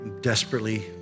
Desperately